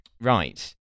Right